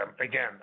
Again